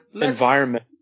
environment